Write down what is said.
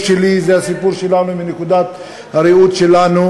הזוהר של הזהירות בדרכים,